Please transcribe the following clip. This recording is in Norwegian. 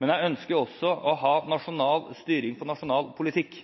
Men jeg ønsker også å ha nasjonal styring av nasjonal politikk,